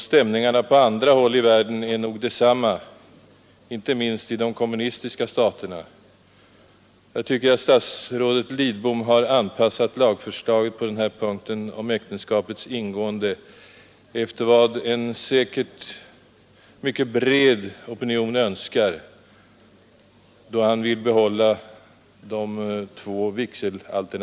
Stämningarna är nog desamma även på andra håll i världen, inte minst i de kommunistiska staterna. Jag tycker att statsrådet Lidbom har anpassat lagförslaget om formerna för äktenskapets ingående, där han vill behålla de två vigselalternativen, efter vad en säkerligen mycket bred opinion önskar.